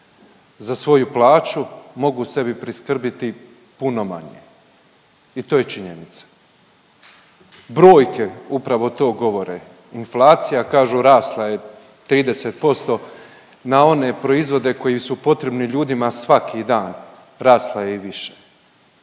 za svoju plaću mogu sebi priskrbiti puno manje i to je činjenica. Brojke upravo to govore. Inflacija kažu rasla je 30% na one proizvode koji su potrebni ljudima svaki dan rasla je i više,